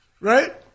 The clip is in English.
right